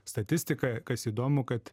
statistika kas įdomu kad